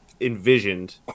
envisioned